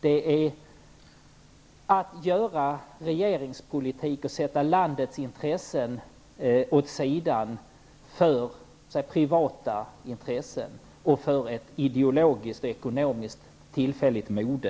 Det är att göra regeringspolitik och att sätta landets intressen åt sidan för privata intressen och för ett ideologiskt och ekonomiskt tillfälligt mode.